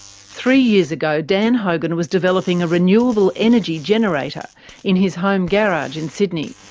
three years ago dan hogan was developing a renewable energy generator in his home garage in sydney,